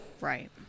right